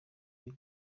y’u